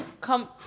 come